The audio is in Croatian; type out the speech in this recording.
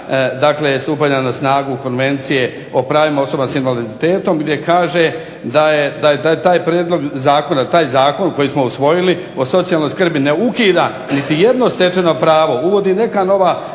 dakle stupanja na snagu Konvencije o pravima osoba s invaliditetom gdje kaže da je taj prijedlog zakona, taj zakon koji smo usvojili o socijalnoj skrbi ne ukida niti jedno stečeno pravo, uvodi neka nova